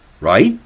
right